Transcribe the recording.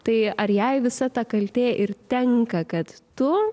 tai ar jai visa ta kaltė ir tenka kad tu